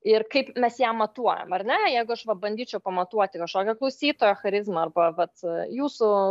ir kaip mes ją matuojame ar ne jeigu aš va bandyčiau pamatuoti kažkokio klausytojo charizmą arba vat jūsų